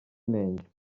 inenge